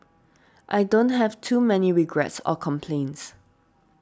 I don't have too many regrets or complaints